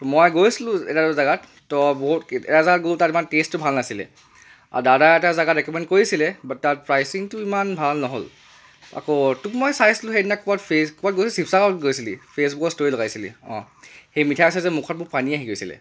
মই গৈছিলোঁ এটা দুটা জেগাত তহ বহুত এটা জেগাত গ'লো তাত টেষ্টটো ইমান ভাল নাছিলে দাদাই এটা জেগাত ৰিকমেণ্ড কৰিছিলে বাট তাত প্ৰাইচিংটো ইমান ভাল নহ'ল আকৌ তোক মই চাইছিলোঁ সিদিনা ক'ৰবাত ফেচ ক'ৰবাত গৈছিলি শিৱসাগৰত গৈছিলি ফেচবুকত ষ্টৰি লগাইছিলি হেই মিঠাই আছে যে মুখত পানী আহি গৈছিলে